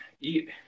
eat